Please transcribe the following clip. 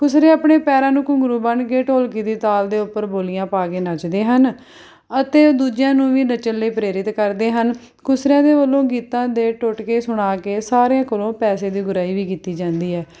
ਖੁਸਰੇ ਆਪਣੇ ਪੈਰਾਂ ਨੂੰ ਘੁੰਗਰੂ ਬੰਨ੍ਹ ਕੇ ਢੋਲਕੀ ਦੀ ਤਾਲ ਦੇ ਉੱਪਰ ਬੋਲੀਆਂ ਪਾ ਕੇ ਨੱਚਦੇ ਹਨ ਅਤੇ ਉਹ ਦੂਜਿਆਂ ਨੂੰ ਵੀ ਨੱਚਣ ਲਈ ਪ੍ਰੇਰਿਤ ਕਰਦੇ ਹਨ ਖੁਸਰਿਆਂ ਦੇ ਵੱਲੋਂ ਗੀਤਾਂ ਦੇ ਟੋਟਕੇ ਸੁਣਾ ਕੇ ਸਾਰਿਆਂ ਕੋਲੋਂ ਪੈਸੇ ਦੀ ਗੁਰਿਆਈ ਵੀ ਕੀਤੀ ਜਾਂਦੀ ਹੈ